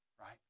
Right